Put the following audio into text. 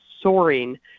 soaring